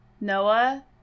noah